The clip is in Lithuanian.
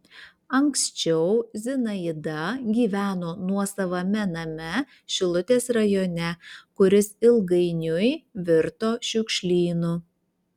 anksčiau zinaida gyveno nuosavame name šilutės rajone kuris ilgainiui virto šiukšlynu